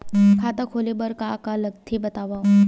खाता खोले बार का का लगथे बतावव?